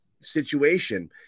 situation